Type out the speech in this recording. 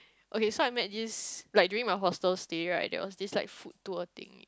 okay so I met this like during my hostel stay right there was this like food tour thing